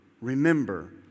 remember